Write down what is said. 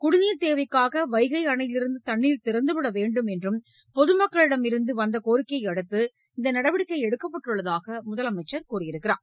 குடிநீர் தேவைக்காக வைகை அணையிலிருந்து தண்ணீர் திறந்து விட வேண்டும் என்றும் பொதுமக்களிடம் இருந்து வந்த கோரிக்கையை அடுத்து இந்த நடவடிக்கை எடுக்கப்பட்டுள்ளதாக முதலமைச்சர் தெரிவித்தார்